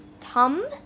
thumb